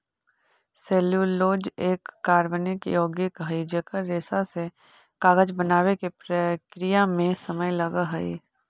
cellulose एक कार्बनिक यौगिक हई जेकर रेशा से कागज बनावे के प्रक्रिया में समय लगऽ हई